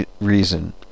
reason